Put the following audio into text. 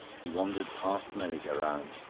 he wandered past the merry-go-round,